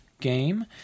game